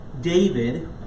David